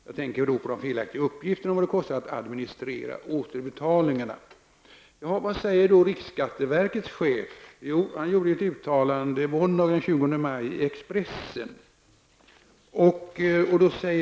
Jag tänker på de felaktiga uppgifterna om vad det kostar att administrera återbetalningarna.'' Vad säger då riksskatteverkets chef? Jo, han gjorde ett uttalande den 20 maj i Expressen.